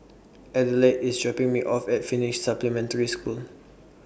Adelaide IS dropping Me off At Finnish Supplementary School